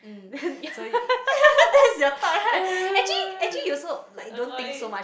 annoyed